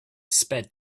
sped